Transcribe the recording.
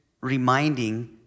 reminding